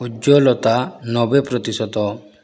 ଉଜ୍ଜ୍ୱଳତା ନବେ ପ୍ରତିଶତ